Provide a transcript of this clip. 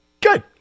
Good